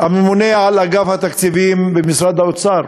הממונה על אגף התקציבים במשרד האוצר.